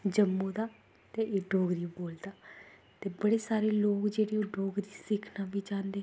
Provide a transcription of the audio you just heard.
ते जम्मू दा ते ओह् डोगरी बोलदा ते बड़े सारे लोग जेह्ड़े डोगरी सिक्खना बी चाहंदे